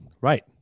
Right